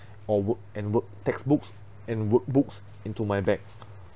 or work and work textbooks and workbooks into my bag